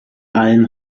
alm